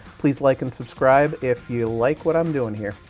please like and subscribe if you like what i'm doing here.